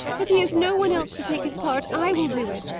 if he has no one else to take his part, i will do it.